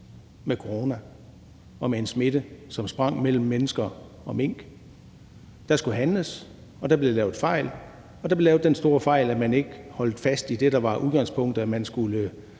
med corona og med en smitte, som sprang mellem mennesker og mink. Der skulle handles, og der blev lavet fejl. Der blev lavet den store fejl, at man ikke holdt fast i det, der var udgangspunktet, nemlig at man skulle